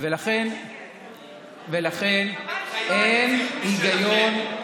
ולכן אין היגיון,